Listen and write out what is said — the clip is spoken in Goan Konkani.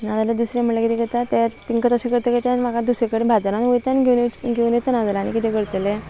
नाजाल्या दुसरें म्हणल्यार कितें करता तें तिंकां तश करतलेी ते म्हाका दुसरे कडे बाजारान वयता आनी घेवन घेवन ययता नाल्या आनी किदं करतले